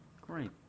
Great